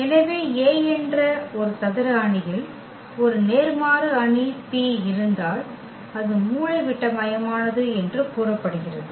எனவே A என்ற ஒரு சதுர அணியில் ஒரு நேர்மாறு அணி P இருந்தால் அது மூலைவிட்டமயமானது என்று கூறப்படுகிறது